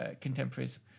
contemporaries